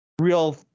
real